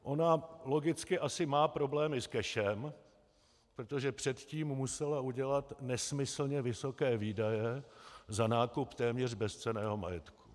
Ona logicky asi má problémy s cashem, protože předtím musela udělat nesmyslně vysoké výdaje za nákup téměř bezcenného majetku.